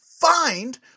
find